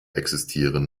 existieren